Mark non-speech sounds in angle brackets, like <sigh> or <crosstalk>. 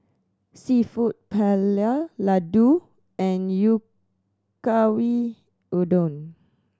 Seafood Paella Ladoo and <unintelligible> Udon